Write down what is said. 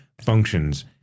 functions